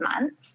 months